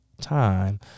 time